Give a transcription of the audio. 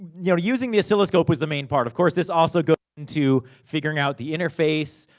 you know, using the oscilloscope was the main part. of course, this also goes into figuring out the interface,